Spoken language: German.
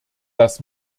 dass